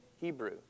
Hebrew